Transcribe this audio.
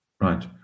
right